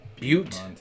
Butte